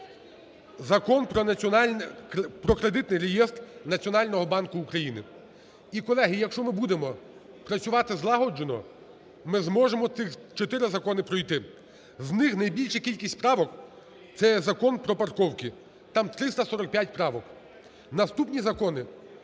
Закон про кредитний реєстр Національного банку України. І, колеги, якщо ми будемо працювати злагоджено, ми зможемо цих чотири закони пройти. З них найбільша кількість правок – це Закон про парковки, там 345 правок. Наступні закони